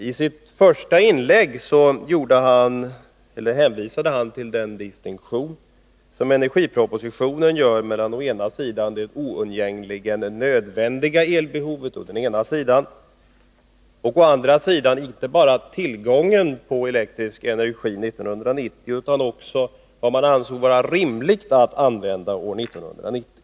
I sitt första inlägg hänvisade Pär Granstedt till den distinktion som i energipropositionen görs mellan å ena sidan den nödvändiga eltillgången och å andra sidan inte bara tillgången på elektrisk energi utan också vad man ansåg vara rimligt att använda år 1990.